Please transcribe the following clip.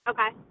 Okay